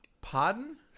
Pardon